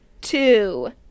Two